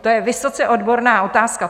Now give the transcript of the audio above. To je vysoce odborná otázka.